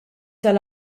tal